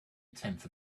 tenth